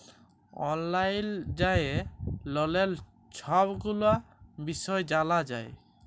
অললাইল যাঁয়ে ললের ছব গুলা বিষয় জালা যায়